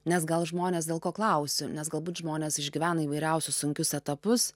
nes gal žmonės dėl ko klausiu nes galbūt žmonės išgyvena įvairiausius sunkius etapus